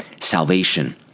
salvation